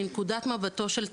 מנקודת מבטו של צעיר,